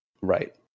Right